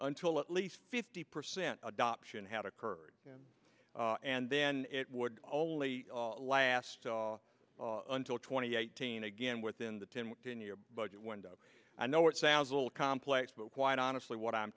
until at least fifty percent adoption had occurred and then it would only last until twenty eighteen again within the ten within your budget window i know it sounds a little complex but quite honestly what i'm